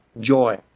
joy